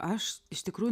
aš iš tikrųjų